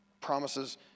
Promises